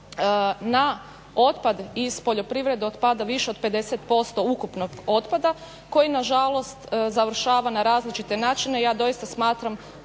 na otpad iz poljoprivrede otpada više od 50% ukupnog otpada koji na žalost završava na različite načine. Ja doista smatram